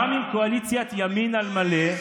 גם עם קואליציית ימין על מלא,